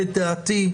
לדעתי,